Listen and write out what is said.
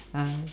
uh